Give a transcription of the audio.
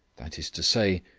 that is to say,